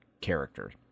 character